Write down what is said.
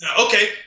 okay